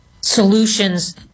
solutions